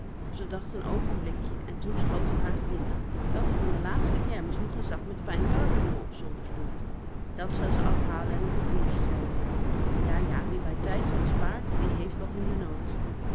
ze dacht een oogenblikje en toen schoot het haar te binnen dat er van de laatste kermis nog een zak met fijn tarwemeel op zolder stond dat zou ze afhalen en op het bier strooien ja ja wie bij tijds wat spaart die heeft wat in den nood